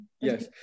Yes